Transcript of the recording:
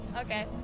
Okay